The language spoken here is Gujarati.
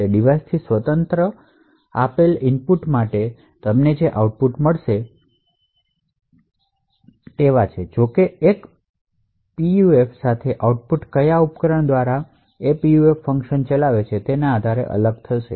ત્યાં ડિવાઇસ થી સ્વતંત્ર આપેલા ઇનપુટ માટે તમને તે જ આઉટપુટ મળશે જો કે એક પીયુએફસાથે આઉટપુટ કયા ઉપકરણ દ્વારા તે પીયુએફફંક્શન ચલાવે છે તેના આધારે અલગ થશે